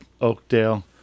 Oakdale